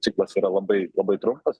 ciklas yra labai labai trumpas